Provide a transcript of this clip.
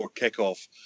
kickoff